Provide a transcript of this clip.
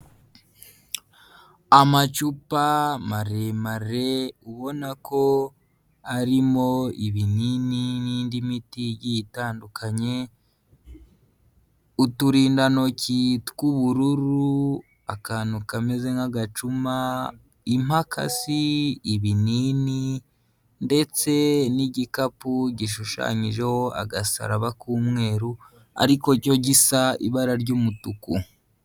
Amacupa maremare ubona ko arimo ibinini n'indi miti igiye itandukanye, uturindantoki tw'ubururu, akantu kameze nk'agacuma, impakasi, ibinini ndetse n'igikapu gishushanyijeho agasaraba k'umweru, ariko cyo gisa ibara ry'umutuku.